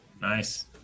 Nice